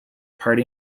party